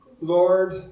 Lord